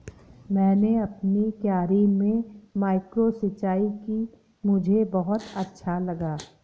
मैंने अपनी क्यारी में माइक्रो सिंचाई की मुझे बहुत अच्छा लगा